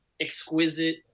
exquisite